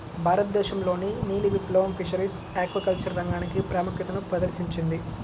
భారతదేశంలోని నీలి విప్లవం ఫిషరీస్ ఆక్వాకల్చర్ రంగానికి ప్రాముఖ్యతను ప్రదర్శించింది